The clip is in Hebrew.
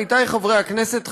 עמיתי חברי הכנסת,